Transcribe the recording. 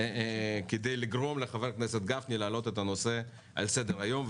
כדי לגרום לחבר הכנסת גפני להעלות את הנושא על סדר היום,